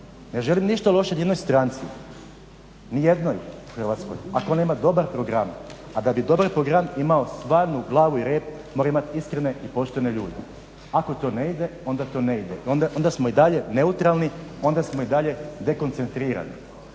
Ne želim ništa loše ni jednoj stranci, ni jednoj u Hrvatskoj ako nema dobar program. A da bi dobar program imao stvarnu glavu i rep mora imati iskrene i poštene ljude. Ako to ne ide, onda to ne ide, onda smo i dalje neutralni, onda smo i dalje dekoncentrirani.